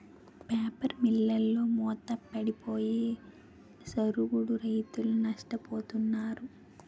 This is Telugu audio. పేపర్ మిల్లులు మూతపడిపోయి సరుగుడు రైతులు నష్టపోతున్నారు